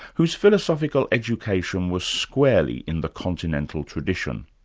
whose philosophical education was squarely in the continental tradition.